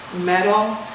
metal